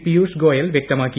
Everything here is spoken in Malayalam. പിയൂഷ് ഗോയൽ വ്യക്തമാക്കി